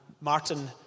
Martin